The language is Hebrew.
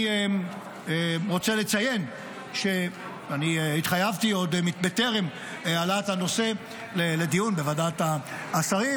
אני רוצה לציין שאני התחייבתי עוד טרם העלאת הנושא לדיון בוועדת השרים,